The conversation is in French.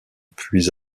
puis